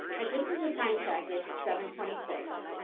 and just as a time check, it's seven twenty six,